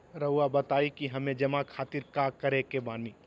रहुआ बताइं कि हमें जमा खातिर का करे के बानी?